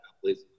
please